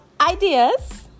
ideas